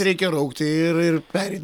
reikia raukti ir ir pereit